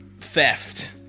theft